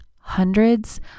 hundreds